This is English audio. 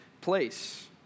place